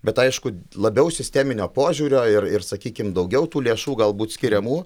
bet aišku labiau sisteminio požiūrio ir ir sakykim daugiau tų lėšų galbūt skiriamų